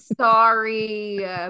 sorry